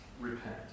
repent